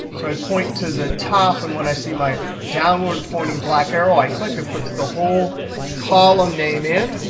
so i point to the top. and when i see my downward pointing black arrow, i click. it puts the whole column name in.